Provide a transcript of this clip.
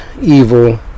evil